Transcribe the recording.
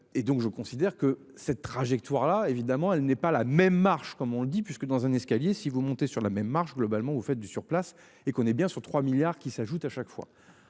Et donc je considère que cette trajectoire là, évidemment, elle n'est pas la même marge, comme on dit puisque dans un escalier si vous montez sur la même marche globalement au fait du surplace et qu'on est bien sûr 3 milliards qui s'ajoutent à chaque fois.